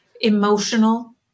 emotional